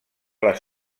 les